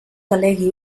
delegui